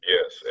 Yes